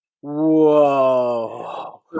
Whoa